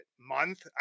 month